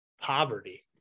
Poverty